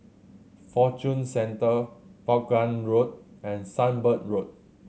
Fortune Centre Vaughan Road and Sunbird Road